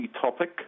topic